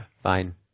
Fine